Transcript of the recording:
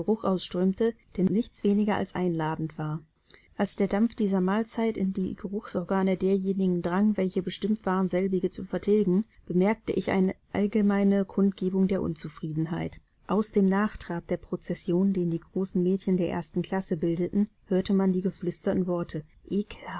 ausströmte der nichts weniger als einladend war als der dampf dieser mahlzeit in die geruchsorgane derjenigen drang welche bestimmt waren selbige zu vertilgen bemerkte ich eine allgemeine kundgebung der unzufriedenheit aus dem nachtrab der prozession den die großen mädchen der ersten klasse bildeten hörte man die geflüsterten worte